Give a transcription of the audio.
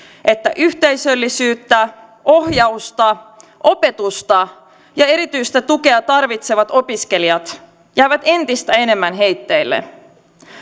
että yhteisöllisyyttä ohjausta opetusta ja erityistä tukea tarvitsevat opiskelijat jäävät entistä enemmän heitteille